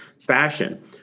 fashion